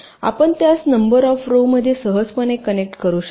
तर आपण त्यास नंबर ऑफ रो मध्ये सहजपणे कनेक्ट करू शकता